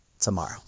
tomorrow